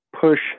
push